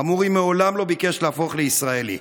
חמורי מעולם לא ביקש להפוך לישראלי.